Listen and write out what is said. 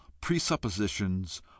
presuppositions